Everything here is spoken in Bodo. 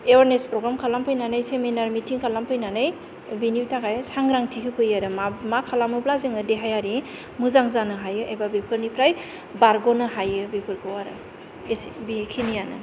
एवेयारनेस पग्राम खालाम फैनानै सेमिनार मिटिं खालामफैनानै बेनि थाखाय सांग्रांथि होफैयो आरो मा खालामोब्ला जोङो देहायारि मोजां जानो हायो एबा बेफोरनिफ्राय बारग'नो हायो बेफोरखौ आरो एसे बे खिनियानो